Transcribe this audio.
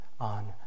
on